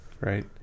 right